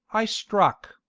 i struck,